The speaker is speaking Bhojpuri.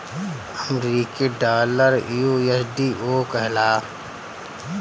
अमरीकी डॉलर यू.एस.डी.ओ कहाला